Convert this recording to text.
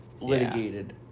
Litigated